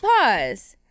pause